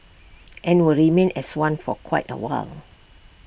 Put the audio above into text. and will remain as one for quite A while